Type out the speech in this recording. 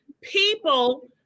people